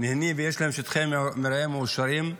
נהנים ויש להם שטחי מרעה מאושרים,